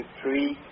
three